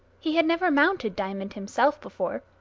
he had never mounted diamond himself before,